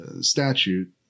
statute